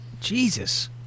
Jesus